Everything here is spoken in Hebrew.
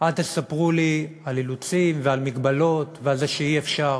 אל תספרו לי על אילוצים ועל מגבלות ועל זה שאי-אפשר,